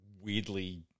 weirdly